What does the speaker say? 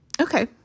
okay